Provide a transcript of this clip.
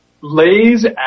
lays